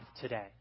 today